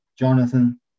Jonathan